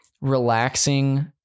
relaxing